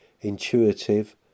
Intuitive